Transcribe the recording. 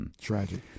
Tragic